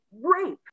rape